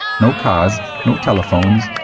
no cars, no telephones,